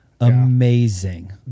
amazing